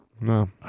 no